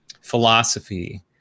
philosophy